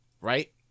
right